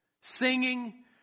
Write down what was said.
singing